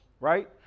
Right